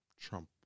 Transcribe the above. Trump